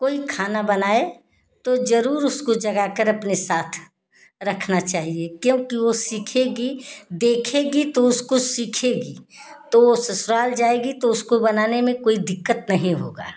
कोई खाना बनाए तो ज़रूर उसको जगा कर अपने साथ रखना चाहिए क्योंकि वो सीखेगी देखेगी तो उसको सीखेगी तो वो ससुराल जाएगी तो उसको बनाने में कोई दिक्कत नहीं होगा